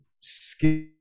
skill